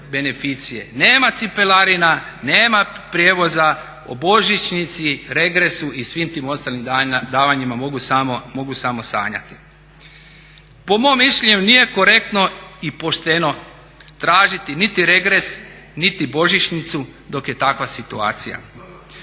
nema "cipelarina", nema prijevoza, o božićnici, regresu i svim tim ostalim davanjima mogu samo sanjati. Po mom mišljenju nije korektno i pošteno tražiti niti regres, niti božićnicu dok je takva situacija.